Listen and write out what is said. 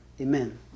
Amen